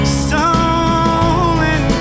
stolen